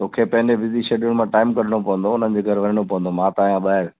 मूंखे पंहिंजे busy schedule मां टाइम कढिणो पवंदो हुननि जे घर वञिणो पवंदो मां त आहियां ॿाहिरि